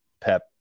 pep